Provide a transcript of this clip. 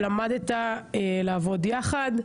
שלמדת לעבוד יחד.